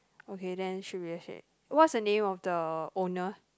okay then should be the same what's the name of the owner